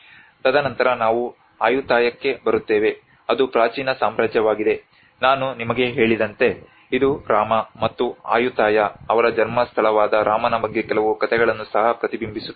ತದನಂತರ ನಾವು ಆಯುತ್ತಯಕ್ಕೆ ಬರುತ್ತೇವೆ ಅದು ಪ್ರಾಚೀನ ಸಾಮ್ರಾಜ್ಯವಾಗಿದೆ ನಾನು ನಿಮಗೆ ಹೇಳಿದಂತೆ ಇದು ರಾಮ ಮತ್ತು ಆಯುತ್ತಯ ಅವರ ಜನ್ಮಸ್ಥಳವಾದ ರಾಮನ ಬಗ್ಗೆ ಕೆಲವು ಕಥೆಗಳನ್ನು ಸಹ ಪ್ರತಿಬಿಂಬಿಸುತ್ತದೆ